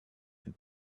and